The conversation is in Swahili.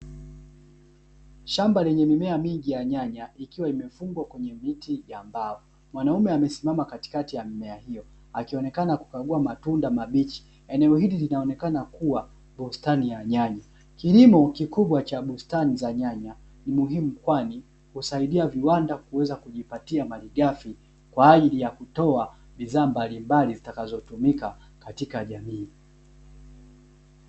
Shamba lenye mimea mingi ya nyanya ikiwa imefungwa kwenye miti mingi ya mbao. Mwanaume amesimama katikati ya mimea hiyo akionekana kukaguwa matunda mabichi. Eneo hili linaonekana kuwa bustani ya nyanya, kilimo kikubwa cha bustani za nyanya ni muhimu kwani husaidia kiwanda kuweza kujipatia malighafi kwa ajili ya kutoa bidhaa mbalimbali zitakazotumika katika jamii.